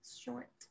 short